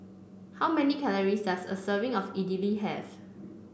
how many calories does a serving of Idili have